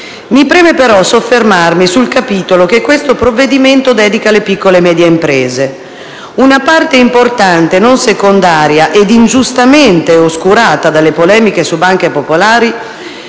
Mi preme però soffermarmi sul capitolo che questo provvedimento dedica alle piccole e medie imprese. Si tratta di una parte importante e non secondaria, ingiustamente oscurata dalle polemiche sulle banche popolari,